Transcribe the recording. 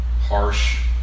harsh